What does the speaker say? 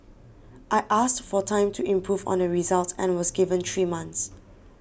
I asked for time to improve on the results and was given three months